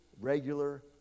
regular